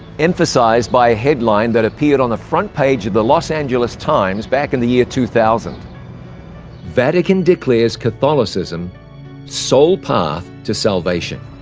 emphasized by a headline that appeared on the front page of the los angeles times back in the year two thousand vatican declares catholicism sole path to salvation.